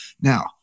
Now